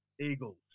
Eagles